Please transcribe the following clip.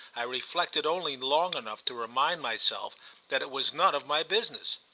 i reflected only long enough to remind myself that it was none of my business.